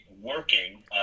working